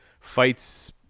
fights